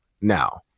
now